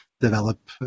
develop